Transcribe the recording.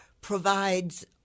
provides